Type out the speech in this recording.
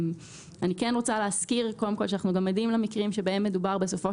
אני כן רוצה להזכיר שאנחנו גם עדים למקרים בהם מדובר בסופו